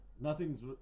Nothing's